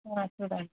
చూడండి